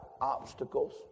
obstacles